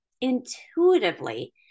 intuitively